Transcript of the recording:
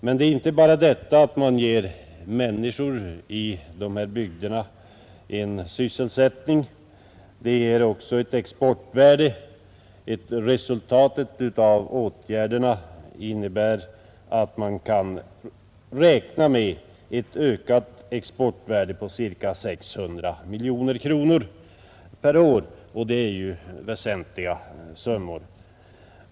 Men det är inte bara detta att de åtgärder vi har föreslagit ger människorna i de här bygderna en sysselsättning, åtgärderna har också ett exportvärde. Resultatet av dem innebär att man kan räkna med en ökning av exporten på ca 600 miljoner kronor per år, och det är ju betydande summor.